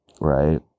right